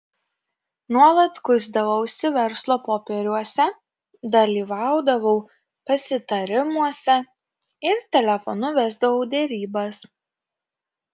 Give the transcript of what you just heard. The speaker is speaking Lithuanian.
nuolat kuisdavausi verslo popieriuose dalyvaudavau pasitarimuose ir telefonu vesdavau derybas